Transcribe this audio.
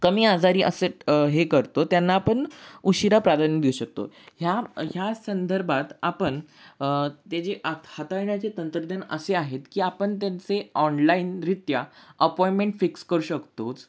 कमी आजारी असे हे करतो त्यांना आपण उशिरा प्राधान्य देऊ शकतो ह्या ह्या संदर्भात आपण ते जे हाताळण्याचे तंत्रज्ञान असे आहेत की आपण त्यांचे ऑनलाईनरित्या अपॉइंटमेंट फिक्स करू शकतोच